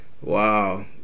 wow